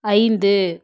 ஐந்து